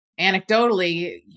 Anecdotally